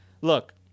Look